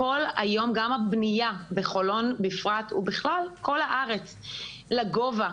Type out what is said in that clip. גם הבנייה בחולון ובכלל בכל הארץ היא לגובה.